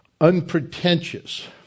Unpretentious